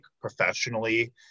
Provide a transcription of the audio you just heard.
professionally